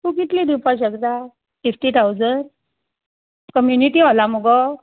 तूं कितले दिवपाक शकता फिफ्टी थावजन कम्युनिटी हॉलाक मुगो